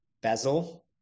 bezel